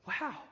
wow